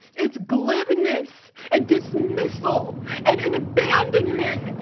it's glibness and dismissal and an abandonment.